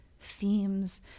themes